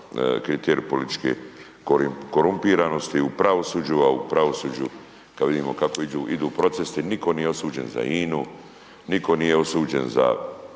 kriteriju političke korumpiranosti u pravosuđu a u pravosuđu kada vidimo kako idu procesi nitko nije osuđen za INA-u, nitko nije osuđen za